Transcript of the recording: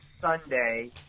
Sunday